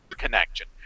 connection